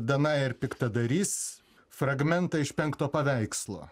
dana ir piktadarys fragmentą iš penkto paveikslo